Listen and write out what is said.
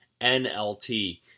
nlt